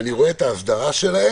אני רואה את האסדרה שלהם.